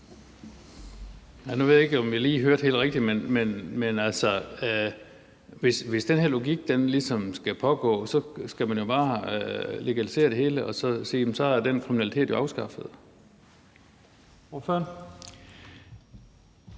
hvis den her logik ligesom skal gælde, skal man jo bare legalisere det hele og så sige: Så er den kriminalitet jo afskaffet.